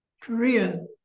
Korea